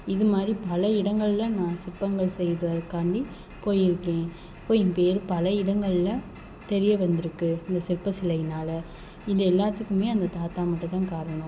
இதுமாதிரி பல இடங்களில் நான் சிற்பங்கள் செய்வதற்காண்டி போய்ருக்கேன் இப்போ என் பேர் பல இடங்களில் தெரிய வந்துயிருக்கு இந்த சிற்ப சிலையினால் இது எல்லாத்துக்குமே அந்த தாத்தா மட்டும் தான் காரணம்